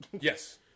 Yes